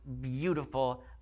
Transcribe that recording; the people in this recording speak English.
beautiful